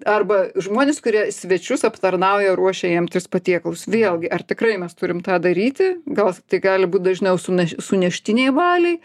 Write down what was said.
arba žmonės kurie svečius aptarnauja ruošia jiem tris patiekalus vėlgi ar tikrai mes turim tą daryti gal tai gali būti dažniau sun suneštiniai baliai